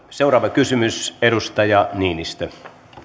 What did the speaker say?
seuraava kysymys edustaja niinistö